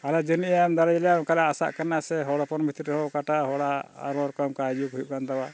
ᱟᱨ ᱡᱟᱹᱱᱤᱡ ᱮᱢ ᱫᱟᱲᱮ ᱟᱞᱮᱭᱟ ᱚᱱᱠᱟ ᱞᱮ ᱟᱥᱟᱜ ᱠᱟᱱᱟ ᱥᱮ ᱦᱚᱲ ᱦᱚᱯᱚᱱ ᱵᱷᱤᱛᱨᱤ ᱨᱮᱦᱚᱸ ᱚᱠᱟᱴᱟᱜ ᱦᱚᱲᱟᱜ ᱨᱚᱲ ᱠᱚ ᱚᱱᱠᱟ ᱦᱤᱡᱩᱜ ᱦᱩᱭᱩᱜ ᱠᱟᱱ ᱛᱟᱵᱚᱱᱟ